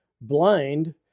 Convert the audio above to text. blind